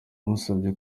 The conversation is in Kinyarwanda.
musabye